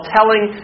Telling